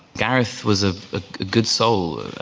gareth was a good soul.